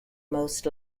most